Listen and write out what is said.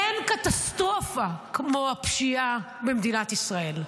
אין קטסטרופה כמו הפשיעה במדינת ישראל.